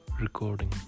recording